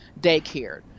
daycare